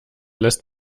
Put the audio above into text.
lässt